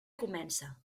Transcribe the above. comença